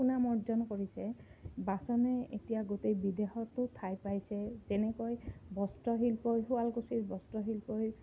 সুনাম অৰ্জন কৰিছে বাচনে এতিয়া গোটেই বিদেশতো ঠাই পাইছে যেনেকৈ বস্ত্ৰশিল্পই শুৱালকুছিৰ বস্ত্ৰশিল্পই